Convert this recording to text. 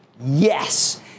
Yes